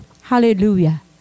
Hallelujah